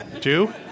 Two